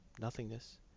nothingness